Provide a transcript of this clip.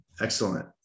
Excellent